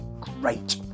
great